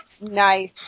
Nice